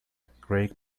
craig